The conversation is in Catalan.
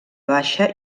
baixa